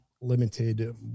limited